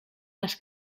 las